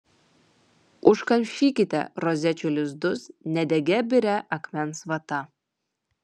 užkamšykite rozečių lizdus nedegia biria akmens vata